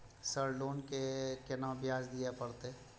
Sir loan के केना ब्याज दीये परतें?